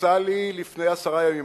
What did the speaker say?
יצא לי לפני כעשרה ימים,